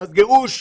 גירוש,